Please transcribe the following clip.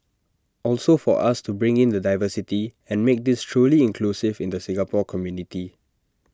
also for us to bring in the diversity and make this truly inclusive in the Singapore community